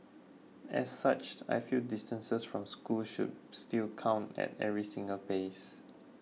as such I feel distances from school should still count at every single phase